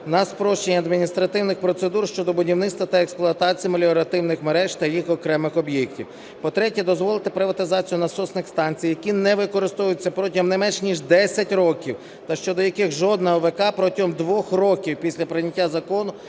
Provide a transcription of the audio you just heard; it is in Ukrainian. на спрощення адміністративних процедур щодо будівництва та експлуатації меліоративних мереж та їх окремих об'єктів. По-третє, дозволити приватизацію насосних станцій, які не використовуються протягом не менш ніж 10 років та щодо яких жодна ОВК протягом двох років після прийняття закону